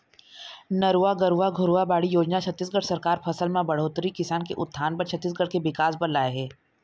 नरूवा, गरूवा, घुरूवा, बाड़ी योजना छत्तीसगढ़ सरकार फसल म बड़होत्तरी, किसान के उत्थान बर, छत्तीसगढ़ के बिकास बर लाए हे